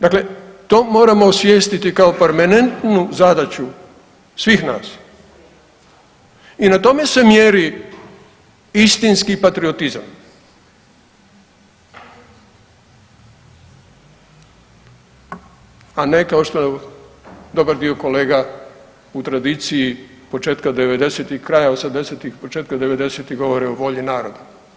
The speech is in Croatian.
Dakle, to moramo osvijestiti kao permanentnu zadaću svih nas i na tome se mjeri istinski patriotizam, a ne kao što je dobar dio kolega u tradiciji početka 90-ih, kraja 80-ih, početka 90-ih govore o volji naroda.